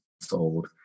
sold